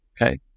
okay